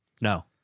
No